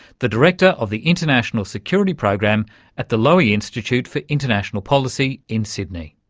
the director of the international security program at the lowy institute for international policy in sydney.